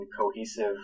cohesive